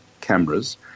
cameras